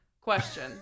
question